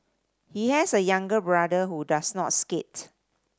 he has a younger brother who does not skate